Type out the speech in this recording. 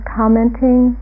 commenting